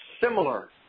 similar